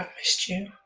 missed you.